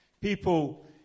People